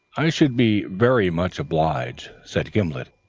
i should be very much obliged, said gimblet,